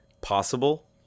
possible